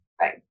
Right